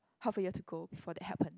half a year to go before that happen